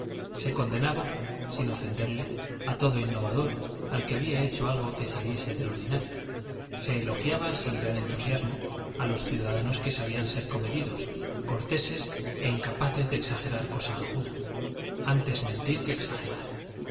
se condenaba sin ofenderle a todo innovador al que había hecho algo que saliese de lo ordinario se elogiaba sin gran entusiasmo a los ciudadanos que sabían ser comedidos corteses e incapaces de exagerar cosa alguna antes mentir que exagerar